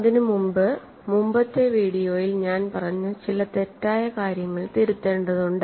അതിന് മുമ്പ് മുമ്പത്തെ വീഡിയോയിൽ ഞാൻ പറഞ്ഞ ചില തെറ്റായ കാര്യങ്ങൾ തിരുത്തേണ്ടതുണ്ട്